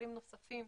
שיקולים נוספים.